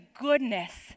goodness